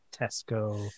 tesco